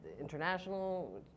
international